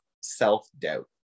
self-doubt